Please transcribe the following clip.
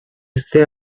este